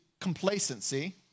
complacency